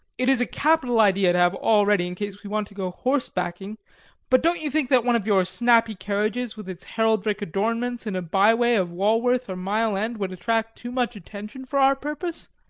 it is a capital idea to have all ready in case we want to go horsebacking but don't you think that one of your snappy carriages with its heraldic adornments in a byway of walworth or mile end would attract too much attention for our purposes?